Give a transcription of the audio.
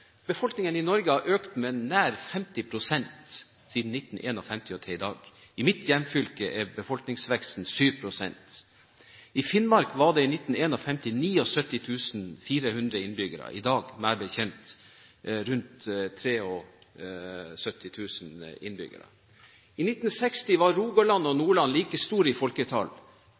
nær 50 pst. fra 1951 og frem til i dag. I mitt hjemfylke er befolkningsveksten 7 pst. I Finnmark var det i 1951 79 400 innbyggere. I dag er det meg bekjent rundt 73 000 innbyggere. I 1960 var Rogaland og Nordland like store i folketall.